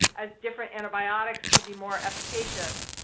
as different antibiotics could be more efficacious.